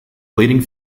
leading